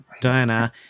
Diana